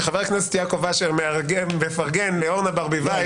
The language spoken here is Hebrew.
שחבר הכנסת יעקב אשר מפרגן לאורנה ברביבאי.